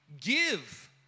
Give